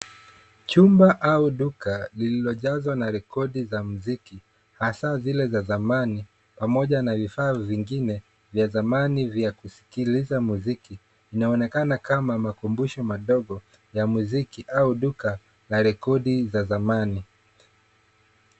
Chumba au duka lililojazwa na rekodi za muziki, hasa zile za zamani, pamoja na vifaa vingine vya zamani vya kusikiliza muziki, na linaonekana kama makumbusho madogo ya muziki au duka la rekodi za zamani.